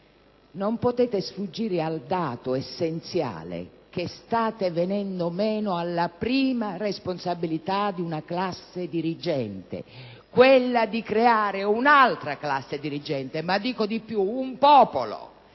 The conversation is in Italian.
per ogni ragione - al dato essenziale che state venendo meno alla prima responsabilità di una classe dirigente, quella cioè di creare un'altra classe dirigente - dico di più: un popolo